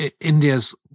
india's